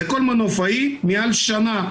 זה כל מנופאי מעל שנה.